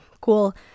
cool